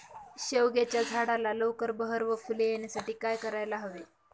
शेवग्याच्या झाडाला लवकर बहर व फूले येण्यासाठी काय करायला हवे?